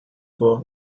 for